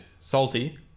salty